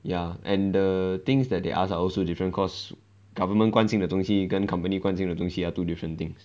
ya and the things that they ask are also different cause government 关心的东西跟 company 关心的东西 are two different things